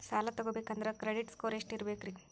ಸಾಲ ತಗೋಬೇಕಂದ್ರ credit score ಎಷ್ಟ ಇರಬೇಕ್ರಿ?